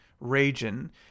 region